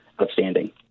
outstanding